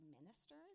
ministers